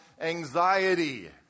anxiety